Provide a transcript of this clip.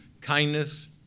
kindness